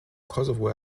kosovo